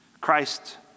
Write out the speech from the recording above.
Christ